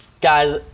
Guys